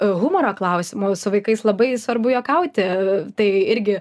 humoro klausimu su vaikais labai svarbu juokauti tai irgi